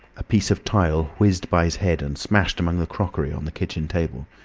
a piece of tile whizzed by his head and smashed among the crockery on the kitchen table.